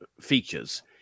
features